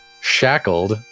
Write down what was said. shackled